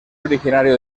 originario